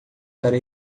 para